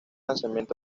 lanzamiento